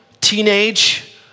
teenage